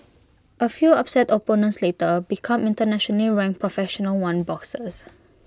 A few upset opponents later become internationally ranked professional one boxers